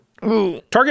Target